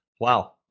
Wow